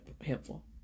helpful